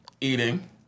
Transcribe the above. eating